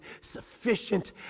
sufficient